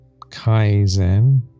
kaizen